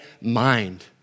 mind